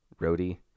roadie